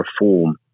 reform